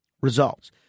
results